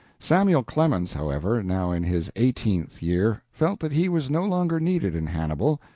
samuel clemens, however, now in his eighteenth year, felt that he was no longer needed in hannibal.